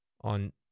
on